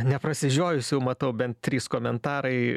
neprasižiojus jau matau bent trys komentarai